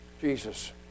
Jesus